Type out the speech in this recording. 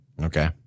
okay